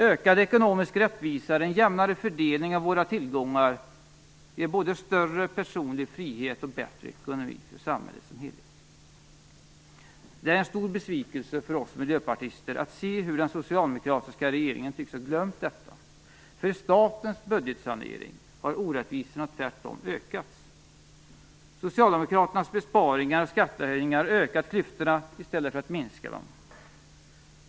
Ökad ekonomisk rättvisa, en jämnare fördelning av våra tillgångar, ger både större personlig frihet och bättre ekonomi för samhället som helhet. Det är en stor besvikelse för oss miljöpartister att se hur den socialdemokratiska regeringen tycks ha glömt detta. I statens budgetsanering har orättvisorna tvärtom ökats. Socialdemokraternas besparingar och skattehöjningar har ökat klyftorna i stället för att minska dem.